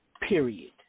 period